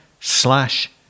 slash